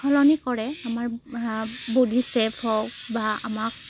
সলনি কৰে আমাৰ বডীৰ ছেফ হওক বা আমাক